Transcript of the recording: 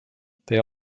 they